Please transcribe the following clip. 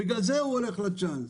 בגלל זה הוא הולך לצ'אנס.